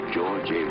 George